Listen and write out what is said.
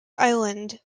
island